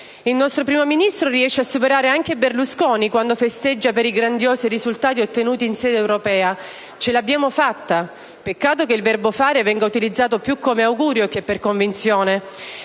Il nostro Primo Ministro riesce a superare anche Berlusconi quando festeggia per i grandiosi risultati ottenuti in sede europea: «ce l'abbiamo fatta!». Peccato che il verbo fare venga utilizzato più come augurio che per convinzione,